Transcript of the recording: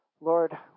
lord